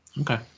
okay